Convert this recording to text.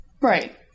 Right